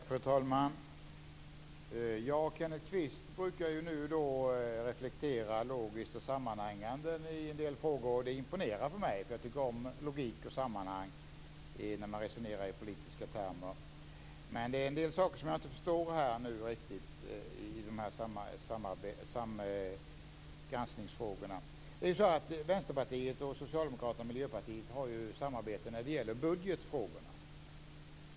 Fru talman! Kenneth Kvist brukar nu och då reflektera logiskt och sammanhängande i en del frågor. Det imponerar på mig. Jag tycker om logik och sammanhang när man resonerar i politiska termer. Men det är en del saker som jag inte riktigt förstår i granskningsfrågorna. Vänsterpartiet, Socialdemokraterna och Miljöpartiet har ett samarbete när det gäller budgetfrågorna.